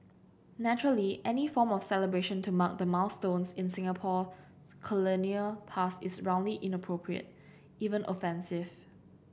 naturally any form of celebration to mark the milestones in Singapore colonial past is roundly inappropriate even offensive